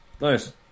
Nice